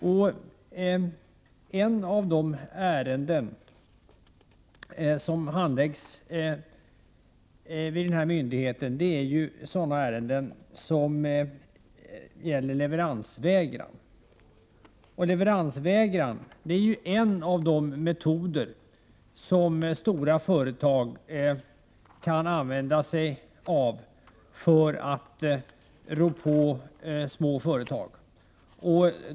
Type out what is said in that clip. Vid denna myndighet, NO, handläggs ärenden som bl.a. rör leveransvägran. Leveransvägran är en av de metoder som stora företag kan använda sig av för att rå på mindre företag.